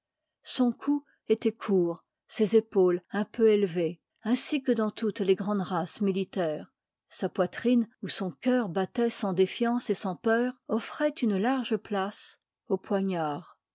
son cou ëtoit court ses épaules un peu élevées ainsi que dans toutes les grandes races militaires sa poitrine où son cœur battoit sans défiance et sans peur offi oit une large place au poignard